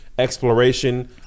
Exploration